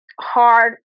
hard